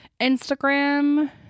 Instagram